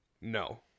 No